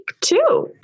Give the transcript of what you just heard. two